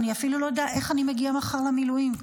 אני אפילו לא יודע איך אני מגיע מחר למילואים,